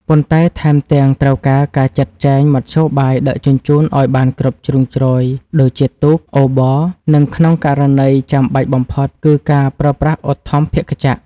ប៉ុន្តែថែមទាំងត្រូវការការចាត់ចែងមធ្យោបាយដឹកជញ្ជូនឱ្យបានគ្រប់ជ្រុងជ្រោយ ដូចជាទូក អូប័រ និងក្នុងករណីចាំបាច់បំផុតគឺការប្រើប្រាស់ឧទ្ធម្ភាគចក្រ។